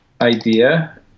idea